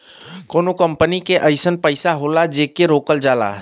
कउनो कंपनी के अइसन पइसा होला जेके रोकल जाला